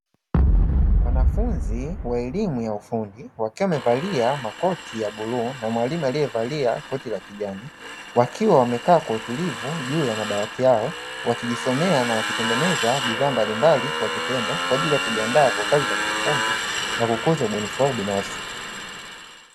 Wanafunzi wa elimu ya ufundi wakiwa wamevalia makoti ya bluu na mwalimu aliyevalia koti la kijani. Wakiwa wamekaa kwa utulivu juu ya madawati yao, wakijisomea na kutengeneza bidhaa mbalimbali kwa vitendo. Kwa ajili ya kujiandaa kwa kazi za kiufundi na kukuza ubunifu wao binafsi.